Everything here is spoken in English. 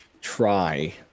try